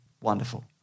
Wonderful